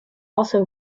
also